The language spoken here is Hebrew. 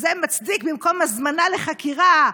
אז זה מצדיק, במקום הזמנה לחקירה,